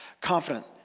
Confident